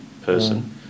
person